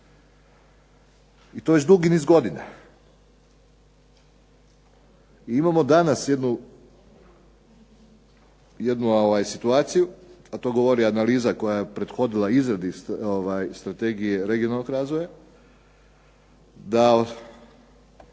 I to već dugi niz godina. Imamo danas jednu situaciju, a to govori analiza koja je prethodila analizi Strategije regionalnog razvoja, da